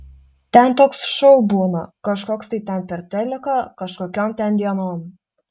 ten toks šou būna kažkoks tai ten per teliką kažkokiom ten dienom